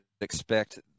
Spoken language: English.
expect